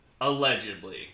Allegedly